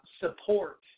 support